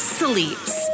sleeps